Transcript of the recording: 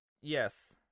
Yes